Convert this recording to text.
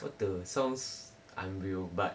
what the sounds unreal but